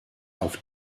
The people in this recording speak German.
auf